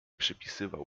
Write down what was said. przepisywał